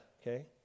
okay